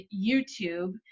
YouTube